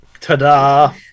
ta-da